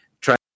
try